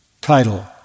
title